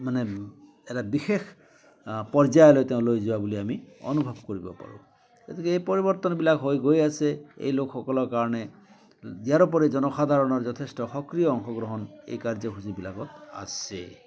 মানে এটা বিশেষ পৰ্যায়লৈ তেওঁ লৈ যোৱা বুলি আমি অনুভৱ কৰিব পাৰোঁ গতিকে এই পৰিৱৰ্তনবিলাক হৈ গৈ আছে এই লোকসকলৰ কাৰণে ইয়াৰ উপৰি জনসাধাৰণৰ যথেষ্ট সক্ৰিয় অংশগ্ৰহণ এই কাৰ্যসূচীবিলাকত আছে